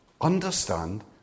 understand